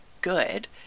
good